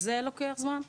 וזה לוקח זמן.